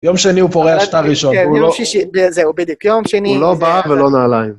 יום שני הוא פורש את הראשון, הוא לא... זה עובדת, יום שני... הוא לא בא ולא נעליים.